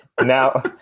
Now